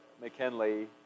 McKinley